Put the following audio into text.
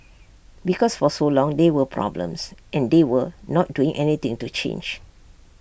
because for so long there were problems and they were not doing anything to change